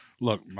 Look